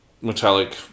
metallic